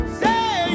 say